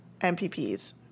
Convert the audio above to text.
MPPs